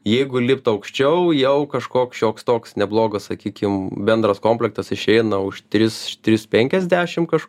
jeigu lipt aukščiau jau kažkoks šioks toks neblogas sakykim bendras komplektas išeina už tris tris penkiasdešim kažku